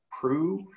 prove